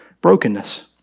brokenness